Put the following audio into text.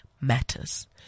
matters